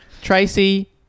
Tracy